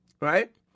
right